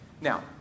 Now